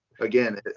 again